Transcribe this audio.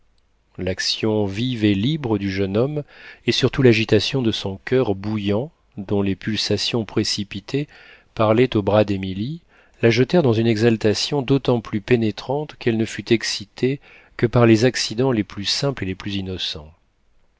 l'action vive et libre du jeune homme et surtout l'agitation de son coeur bouillant dont les pulsations précipitées parlaient au bras d'émilie la jetèrent dans une exaltation d'autant plus pénétrante qu'elle ne fut excitée que par les accidents les plus simples et les plus innocents